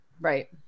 Right